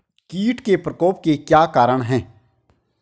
कीट के प्रकोप के क्या कारण हैं?